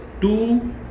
two